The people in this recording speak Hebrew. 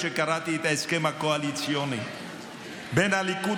כשקראתי את ההסכם הקואליציוני בין הליכוד